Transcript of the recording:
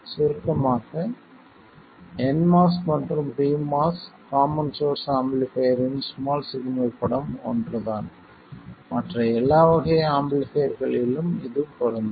சுருக்கமாக nMOS மற்றும் pMOS common source ஆம்பிளிஃபைர்யின் ஸ்மால் சிக்னல் படம் ஒன்றுதான் மற்ற எல்லா வகை ஆம்பிளிஃபைர்களிலும் இது பொருந்தும்